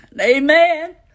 Amen